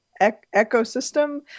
ecosystem